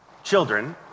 Children